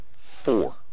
four